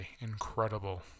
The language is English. incredible